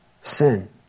sin